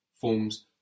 forms